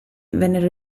vennero